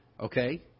Okay